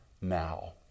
now